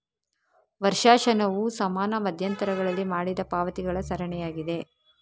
ವರ್ಷಾಶನವು ಸಮಾನ ಮಧ್ಯಂತರಗಳಲ್ಲಿ ಮಾಡಿದ ಪಾವತಿಗಳ ಸರಣಿಯಾಗಿದೆ